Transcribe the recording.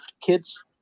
kids